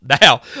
now